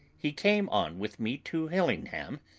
he came on with me to hillingham,